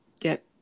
get